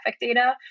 data